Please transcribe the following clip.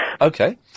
Okay